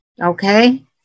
Okay